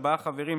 ארבעה חברים,